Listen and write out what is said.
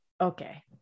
Okay